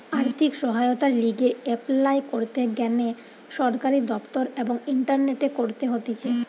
আর্থিক সহায়তার লিগে এপলাই করতে গ্যানে সরকারি দপ্তর এবং ইন্টারনেটে করতে হতিছে